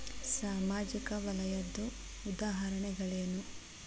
ಸಾಮಾಜಿಕ ವಲಯದ್ದು ಉದಾಹರಣೆಗಳೇನು?